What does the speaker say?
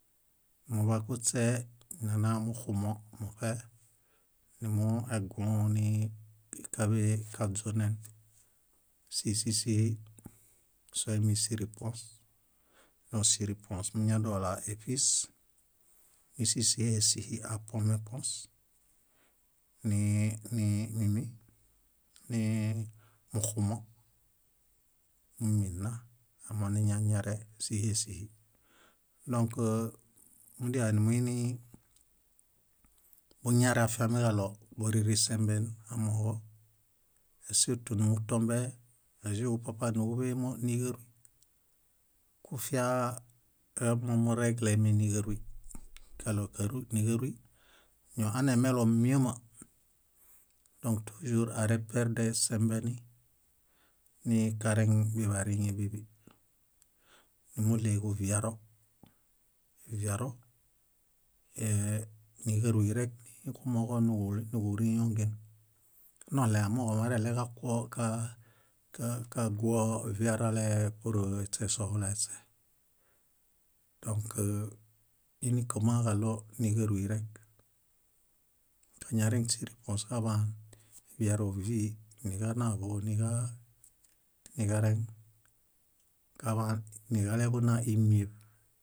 Muḃeġuśe nanamuxumo muṗe numuegũlõ nii káḃe- kaźonen sísisihi sóimisiripuõs. Dõk siripuõs amiñadola éṗis nísisihesihi apuomepuõs nimuxumo. Mími nna amoniñañare síhesihi. Dõk, mudiale numuinibuñare afiamiġaɭo burirĩsembe amooġo ésurtu numutombe, ázieġupapanuġuḃemoniġaruy, kufia momureglemi níġaruy kaɭo káruy níġaruy ñóanemelomiama dõk tuĵur areperdesembeni nikareŋ biḃariŋe bíḃi. Nímuɭeġu viaro, viaro ee- níġaruy rek kumooġo níġuriongen. Noɭẽ amooġo mareɭeġakuo ka- ka- kaguoviarale pur eśesohulaeśe. Dõk ínikamãġaɭo níġaruy rek. Kañareŋ síripuõs kaḃaan, víarovii níġanawo niġareŋ, kaḃaan niġaleḃuna ímieṗ